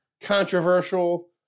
controversial